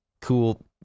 cool